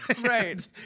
Right